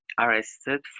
arrested